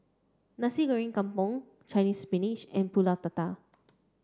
Nasi Goreng Kampung Chinese spinach and Pulut Tatal